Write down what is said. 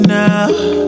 now